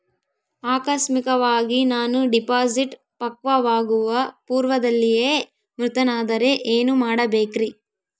ಆಕಸ್ಮಿಕವಾಗಿ ನಾನು ಡಿಪಾಸಿಟ್ ಪಕ್ವವಾಗುವ ಪೂರ್ವದಲ್ಲಿಯೇ ಮೃತನಾದರೆ ಏನು ಮಾಡಬೇಕ್ರಿ?